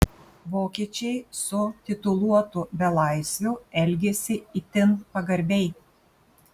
vokiečiai su tituluotu belaisviu elgėsi itin pagarbiai